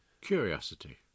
curiosity